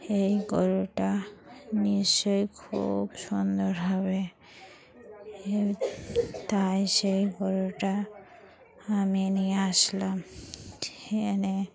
এই গরুটা নিশ্চয়ই খুব সুন্দর হবে তাই সেই গরুটা আমি নিয়ে আসলাম এনে